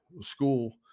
school